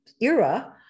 era